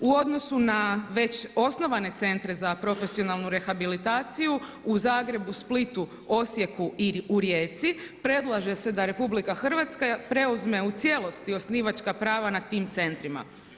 U odnosu na već osnovane centre za profesionalnu rehabilitaciju u Zagrebu, Splitu, Osijeku i u Rijeci predlaže se da RH preuzme u cijelosti osnivačka prava nad tim centrima.